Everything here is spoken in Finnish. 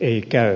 ei käy